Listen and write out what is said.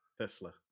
Tesla